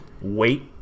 wait